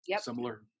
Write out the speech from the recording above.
similar